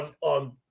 on –